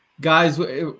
Guys